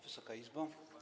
Wysoka Izbo!